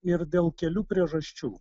ir dėl kelių priežasčių